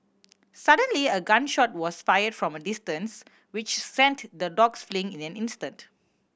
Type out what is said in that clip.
suddenly a gun shot was fired from a distance which sent the dogs fleeing in an instant